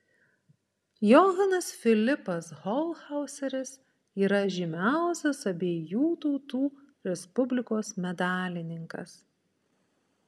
johanas filipas holchauseris yra žymiausias abiejų tautų respublikos medalininkas